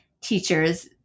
teachers